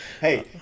hey